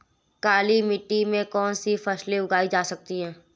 काली मिट्टी में कौनसी फसलें उगाई जा सकती हैं?